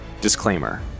Disclaimer